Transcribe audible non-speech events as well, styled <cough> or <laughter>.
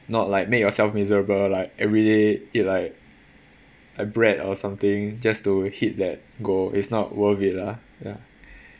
not like make yourself miserable like every day eat like a bread or something just to hit that goal is not worth it lah ya <breath>